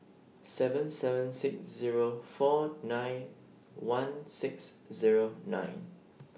seven seven six Zero four nine one six Zero nine